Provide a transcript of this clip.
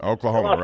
Oklahoma